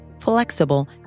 flexible